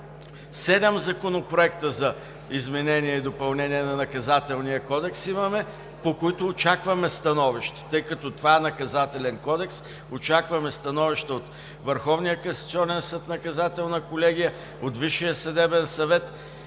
Седем законопроекта за изменение и допълнение на Наказателния кодекс имаме, по които очакваме становища. Тъй като това е Наказателен кодекс, очакваме становища от Върховния